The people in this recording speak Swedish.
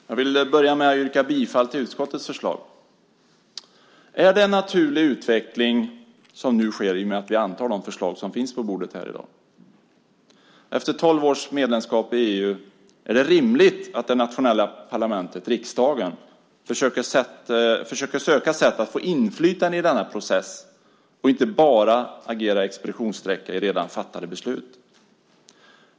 Herr talman! Jag vill börja med att yrka bifall till utskottets förslag. Är det en naturlig utveckling som nu sker i och med att vi antar de förslag som finns på bordet här i dag? Efter tolv års medlemskap i EU är det rimligt att det nationella parlamentet, riksdagen, försöker att söka sätt att få inflytande i denna process och inte bara agera expeditionssträcka i redan fattade beslut.